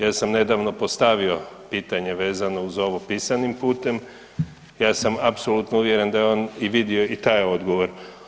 Ja sam nedavno postavio pitanje vezano uz ovo pisanim putem, ja sam apsolutno uvjeren da je on vidio i taj odgovor.